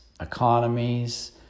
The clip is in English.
economies